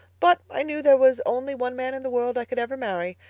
but i knew there was only one man in the world i could ever marry.